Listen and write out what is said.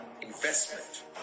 investment